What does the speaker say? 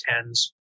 tens